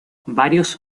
varios